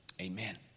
Amen